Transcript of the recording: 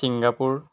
Singapore